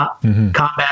combat